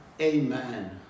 Amen